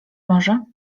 może